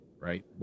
right